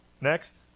Next